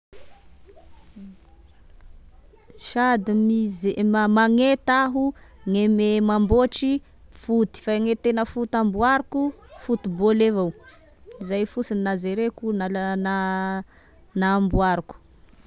Sady mije -ma- magneta aho, ne- me- mamboatry foot, fa gne tegna foot amboariko foot bôly avao, zay fosiny na jereko na la na amboariko.